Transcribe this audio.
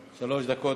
דקות.